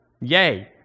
yay